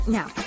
Now